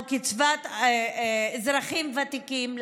או קצבת אזרחים ותיקים,